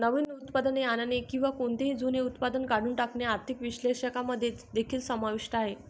नवीन उत्पादने आणणे किंवा कोणतेही जुने उत्पादन काढून टाकणे आर्थिक विश्लेषकांमध्ये देखील समाविष्ट आहे